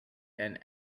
and